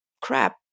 Crap